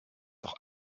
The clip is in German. doch